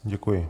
Děkuji.